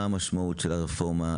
מה המשמעות של הרפורמה?